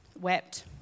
wept